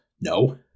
No